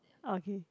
okay